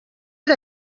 era